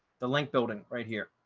the link building right here.